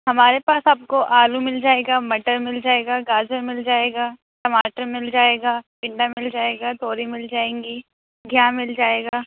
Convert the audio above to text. ہمارے پاس آپ کو آلو مل جائے گا مٹر مل جائے گا گاجر مل جائے گا ٹماٹر مل جائے گا ٹنڈا مل جائے گا توری مل جائیں گی گھیا مل جائے گا